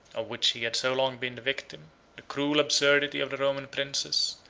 of which he had so long been the victim the cruel absurdity of the roman princes,